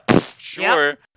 sure